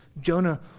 Jonah